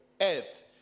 earth